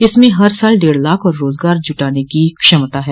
इसमें हर साल डेढ़ लाख और रोजगार जुटाने की क्षमता है